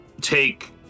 take